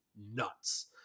nuts